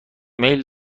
میل